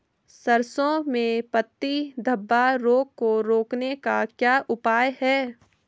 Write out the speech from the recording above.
सरसों में पत्ती धब्बा रोग को रोकने का क्या उपाय है?